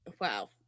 Wow